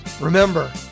Remember